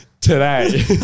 today